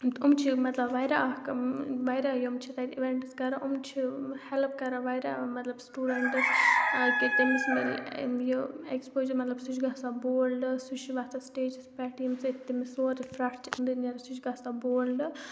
یِم چھِ مطلب واریاہ اَکھ واریاہ یِم چھِ تَتہِ اِوٮ۪نٛٹٕس کَران یِم چھِ ہٮ۪لٕپ کَران واریاہ مطلب سٕٹوٗڈٮ۪نٛٹس کہِ تٔمِس مِلہِ یہِ اٮ۪کٕسپوجَر مطلب سُہ چھُ گژھان بولڈٕ سُہ چھُ وۄتھان سِٹیجَس پٮ۪ٹھ ییٚمۍ سۭتۍ تٔمِس سورُے فرٛٹھ چھِ أنٛدٕرۍ نیران سُہ چھِ گژھان بولڈٕ